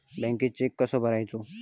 बँकेत चेक कसो भरायचो?